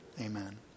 Amen